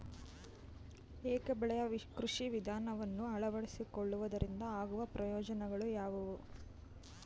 ಏಕ ಬೆಳೆಯ ಕೃಷಿ ವಿಧಾನವನ್ನು ಅಳವಡಿಸಿಕೊಳ್ಳುವುದರಿಂದ ಆಗುವ ಪ್ರಯೋಜನಗಳು ಯಾವುವು?